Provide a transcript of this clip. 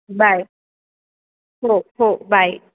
bye हो हो bye